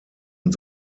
und